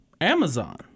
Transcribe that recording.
Amazon